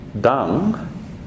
dung